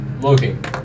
looking